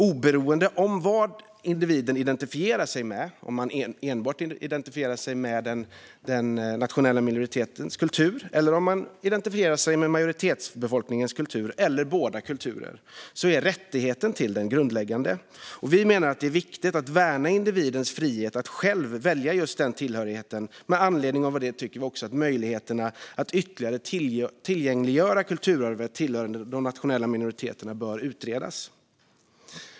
Oberoende av om individen identifierar sig med enbart den nationella minoritetens kultur eller majoritetsbefolkningens kultur - eller båda kulturerna - är rätten till dem grundläggande. Vi menar att det är viktigt att värna individens frihet att själv välja tillhörighet. Med anledning av detta tycker vi att möjligheterna att ytterligare tillgängliggöra kulturarv tillhörande de nationella minoriteterna bör utredas.